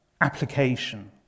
application